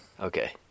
Okay